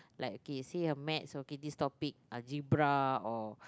like okay say her maths okay see this topic algebra or